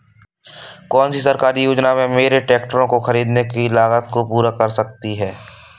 कौन सी सरकारी योजना मेरे ट्रैक्टर को ख़रीदने की लागत को पूरा कर सकती है?